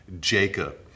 Jacob